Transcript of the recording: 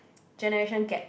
generation gap